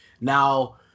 Now